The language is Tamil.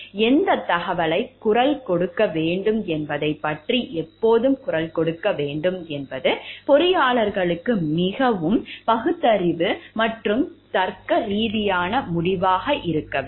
எந்தத் தகவலைக் குரல் கொடுக்க வேண்டும் என்பதைப் பற்றி எப்போது குரல் கொடுக்க வேண்டும் என்பது பொறியாளர்களுக்கு மிகவும் பகுத்தறிவு மற்றும் தர்க்கரீதியான முடிவாக இருக்க வேண்டும்